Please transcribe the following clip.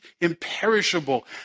imperishable